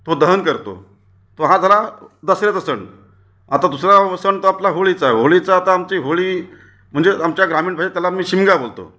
तो दहन करतो तो हा झाला दसऱ्याचा सण आता दुसरा व सण तो आपला होळीचा होळीचा आता आमची होळी म्हणजे आमच्या ग्रामीण भयेत त्याला आमी शिमगा बोलतो